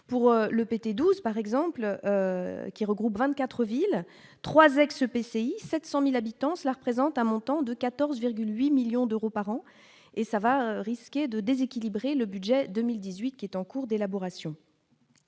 pour le PT 12 par exemple, qui regroupent 24 villes 3 ex-PCI 700000 habitants, cela représente un montant de 14,8 millions d'euros par an et ça va risquer de déséquilibrer le budget 2018, qui est en cours d'élaboration,